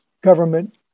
government